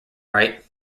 right